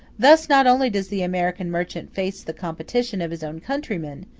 thus, not only does the american merchant face the competition of his own countrymen,